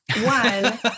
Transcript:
One